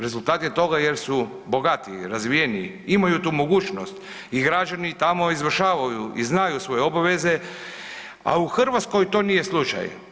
Rezultat je toga jer su bogatiji, razvijeniji, imaju tu mogućnost i građani tamo izvršavaju i znaju svoje obaveze, a u Hrvatskoj to nije slučaj.